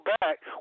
back